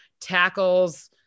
tackles